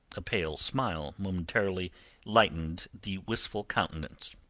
a pale smile momentarily lightened the wistful countenance.